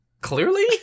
Clearly